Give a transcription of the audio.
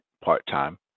part-time